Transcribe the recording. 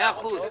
מאה אחוז.